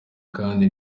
kandi